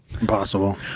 Impossible